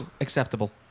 acceptable